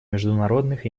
международных